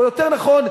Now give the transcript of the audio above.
או יותר נכון,